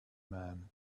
man